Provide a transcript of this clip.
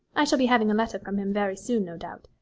i shall be having a letter from him very soon, no doubt.